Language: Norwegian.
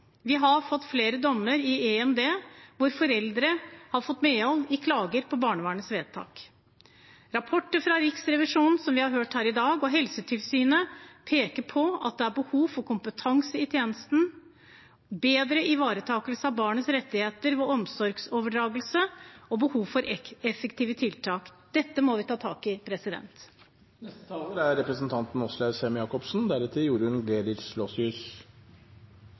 vi har fått flere dommer i EMD hvor foreldre har fått medhold i klager på barnevernets vedtak. Rapporter fra Riksrevisjonen – som vi har hørt her i dag – og Helsetilsynet peker på at det er behov for kompetanse i tjenesten og bedre ivaretakelse av barns rettigheter ved omsorgsoverdragelse, og behov for effektive tiltak. Dette må vi ta tak i.